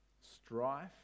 strife